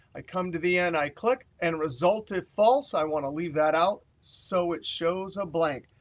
i come to the end, i click. and result if false, i want to leave that out so it shows a blank.